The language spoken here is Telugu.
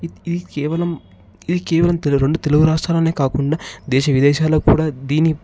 ఇది ఇది కేవలం ఇది కేవలం తెల్ రెండు తెలుగు రాష్ట్రాలనే కాకుండా దేశ విదేశాలలో కూడా దీని